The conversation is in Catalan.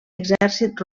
exèrcit